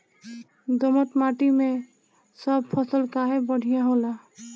दोमट माटी मै सब फसल काहे बढ़िया होला?